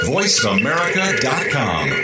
VoiceAmerica.com